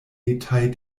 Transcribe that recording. etaj